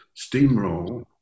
steamroll